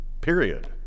Period